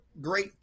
great